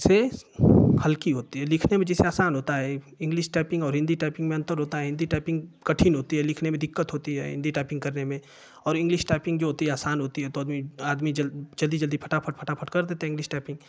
इससे हल्की होती है लिखने में जिसे आसान होता है इंगलिश टाईपिंग और हिन्दी टाईपिंग में अंतर होता हे हिन्दी टाईपिंग कठिन होती है लिखने में दिक्कत होती है हिन्दी टाईपिंग करने में और इंगलिश टाईपिंग जो होती हे आसान होती हे तो अभी आदमी जल जल्दी जल्दी फटाफट फटाफट कर देते हें इंगलिश टाईपिंग